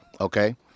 okay